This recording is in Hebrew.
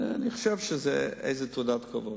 אני חושב שזאת איזו תעודת כבוד.